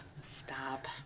Stop